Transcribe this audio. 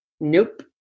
Nope